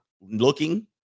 looking